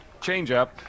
changeup